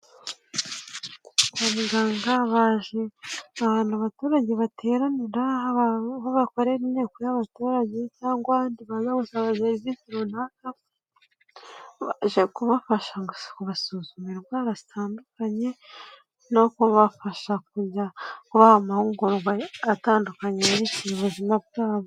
Kwa muganga baje, aba abaturage bateranira, aho bakorera inteko y'abaturage cyangwa ahandi baza gusaba serivisi runaka, baje kubafasha kubasuzuma indwara zitandukanye no kubafasha kujya kubaha amahugurwa atandukanye yerekeye ubuzima bwabo.